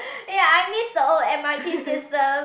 eh I miss the old M_R_T system